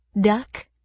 Duck